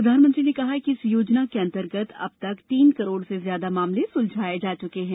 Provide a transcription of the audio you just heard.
प्रधानमंत्री ने कहा कि इस योजना के अंतर्गत अब तक तीन करोड़ से ज्यादा मामले सुलझाए जा चुके हैं